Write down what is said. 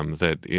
um that, you